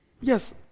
Yes